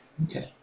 Okay